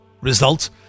results